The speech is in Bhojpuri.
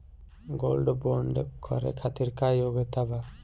गोल्ड बोंड करे खातिर का योग्यता बा?